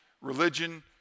religion